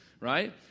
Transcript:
Right